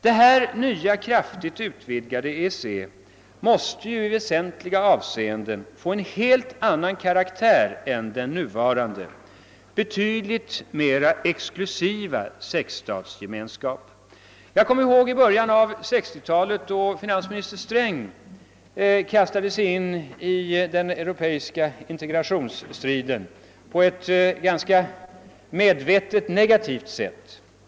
Detta nya kraftigt utvidgade EEC måste ju i väsentliga avseenden få en helt annan karaktär än den nuvarande betydligt mera exklusiva Sexstatsgemenskapen. Jag kommer ihåg att finansminister Sträng i början på 1960-talet kastade sig in i den europeiska integrationsstriden på ett ganska negativt sätt.